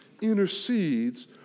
intercedes